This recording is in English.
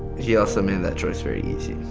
he also made that choice very easy.